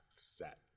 set